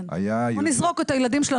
היה יהודי אחד --- כן,